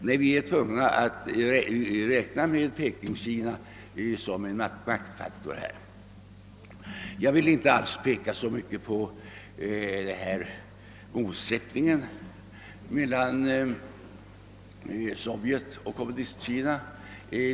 Nej, vi är tvungna att räkna med Kina som en maktfaktor och i sammanhanget räkna med motsättningar mellan Sovjet och Kommunistkina.